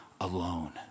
alone